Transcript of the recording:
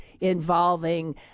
involving